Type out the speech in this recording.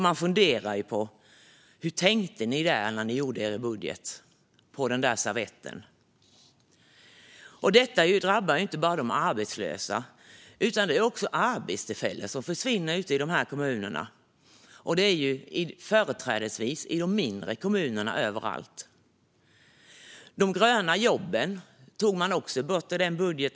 Man funderar på hur ni tänkte när ni gjorde er budget på den där servetten. Detta drabbar inte bara de arbetslösa. Det är också arbetstillfällen som försvinner ute i dessa kommuner. Det är företrädesvis i de mindre kommunerna. De gröna jobben tog man också bort i denna budget.